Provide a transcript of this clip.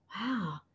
wow